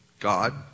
God